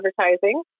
advertising